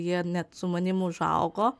jie net su manim užaugo